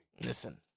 Listen